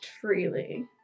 freely